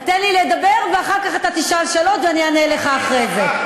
תן לי לדבר ואחר כך אתה תשאל שאלות ואני אענה לך אחרי זה.